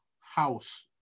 house